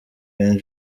king